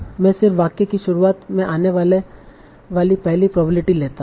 मैं सिर्फ वाक्य की शुरुआत में आने वाली पहली प्रोबेबिलिटी लेता हूं